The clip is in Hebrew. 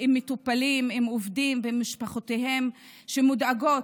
עם מטופלים, עם עובדים ועם משפחותיהם שמודאגות.